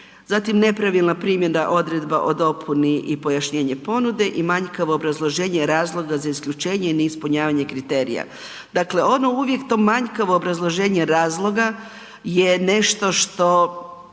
zatim nepravilna primjena odredba o dopuni i pojašnjenje ponude i manjkavo obrazloženje razloga za isključenje i neispunjavanje kriterija. Dakle, ono uvijek to manjkavo obrazloženje razloga je nešto što